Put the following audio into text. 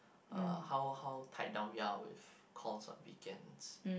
uh how how tied down calls on weekends